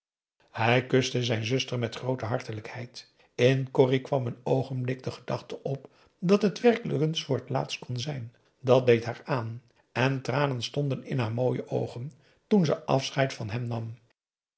hij kuste zijn zuster met groote hartelijkheid in corrie kwam een oogenblik de gedachte op dat het werkelijk wel eens voor t laatst kon zijn dat deed haar aan en tranen stonden in haar mooie oogen toen ze afscheid van hem nam